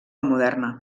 moderna